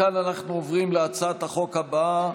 מכאן אנחנו עוברים להצעת החוק הבאה,